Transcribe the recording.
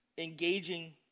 engaging